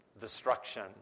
Destruction